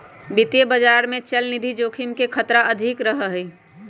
वित्तीय बाजार में चलनिधि जोखिम के खतरा अधिक रहा हई